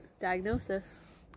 diagnosis